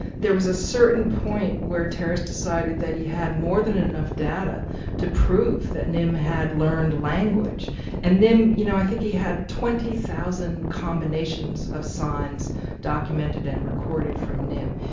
there was a certain point where terrace decided that he had more than and enough data to prove that nim had learned language and nim, you know i think he had twenty thousand combinations of signs documented and recorded from nim,